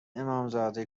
امامزاده